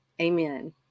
Amen